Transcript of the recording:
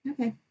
Okay